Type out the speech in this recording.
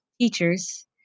teachers